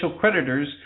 creditors